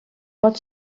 pot